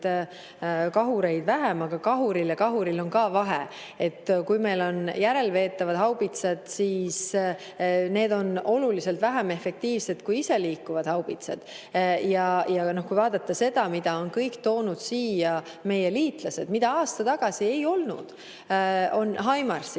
kahuriliiki vähem, aga kahuril ja kahuril on ka vahe. Kui meil on järelveetavad haubitsad, siis need on oluliselt vähem efektiivsed kui iseliikuvad haubitsad. Vaadake kõike seda, mida on toonud siia meie liitlased, mida aasta tagasi ei olnud. Näiteks